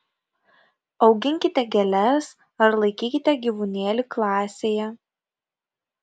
auginkite gėles ar laikykite gyvūnėlį klasėje